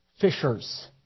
fishers